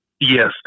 Yes